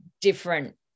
different